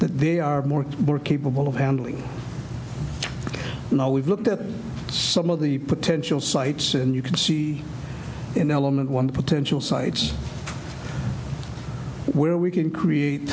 that they are more more capable of handling you know we've looked at some of the potential sites and you can see in element one potential sites where we can create